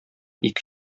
ике